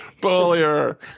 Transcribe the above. Bullier